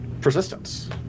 persistence